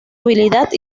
habilidad